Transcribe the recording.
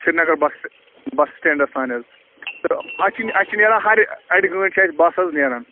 Srinagar bus bus stands تانۍ حظ تہٕ اَسہِ چھِ اَسہِ چھِ نیران ہر اَڑِ گٲنٛٹہٕ چھِ اَسہِ بَس حظ نیران